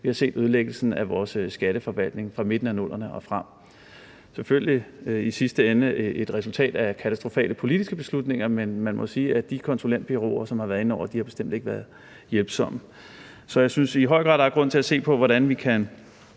vi har set ødelæggelsen af vores skatteforvaltning fra midten af 00'erne og frem. Det er selvfølgelig i sidste ende et resultat af katastrofale politiske beslutninger, men man må sige, at de konsulentbureauer, som har været inde over, bestemt ikke har været hjælpsomme. Så jeg synes i høj grad, at der er grund til at se på, hvordan vi kan